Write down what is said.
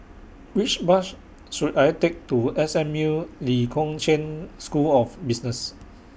Which Bus should I Take to S M U Lee Kong Chian School of Business